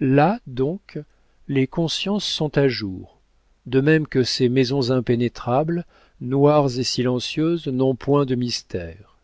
là donc les consciences sont à jour de même que ces maisons impénétrables noires et silencieuses n'ont point de mystères